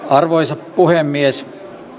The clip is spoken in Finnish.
arvoisa puhemies